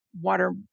water